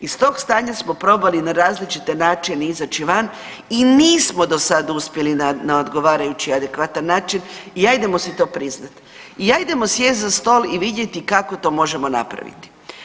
Iz tog stanja smo probali na različite načine izaći van i nismo do sad uspjeli na odgovarajući, adekvatan način i ajdemo si to priznati i ajdemo sjesti za stol i vidjeti kako to možemo napraviti.